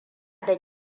da